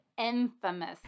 infamous